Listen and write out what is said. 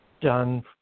done